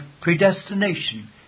predestination